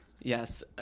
Yes